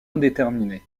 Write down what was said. indéterminée